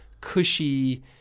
cushy